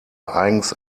eigens